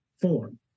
Form